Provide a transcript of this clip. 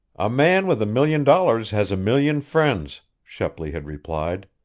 a man with a million dollars has a million friends, shepley had replied.